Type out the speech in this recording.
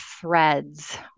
threads